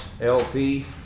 LP